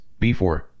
B4